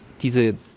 diese